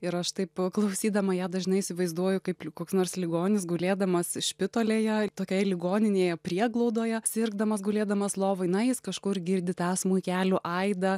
ir aš taip klausydama ją dažnai įsivaizduoju kaip l nors ligonis gulėdamas špitolėje tokioje ligoninėje prieglaudoje sirgdamas gulėdamas lovoj na jis kažkur girdi tą smuikelių aidą